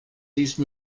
these